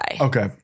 Okay